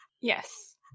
Yes